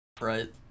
right